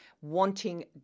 wanting